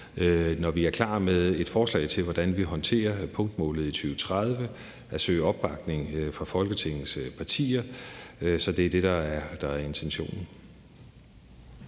når vi er klar med forslag til, hvordan vi håndterer punktmålet i 2030, at søge opbakning fra Folketingets partier. Så det er det, der er intentionen.